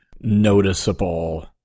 noticeable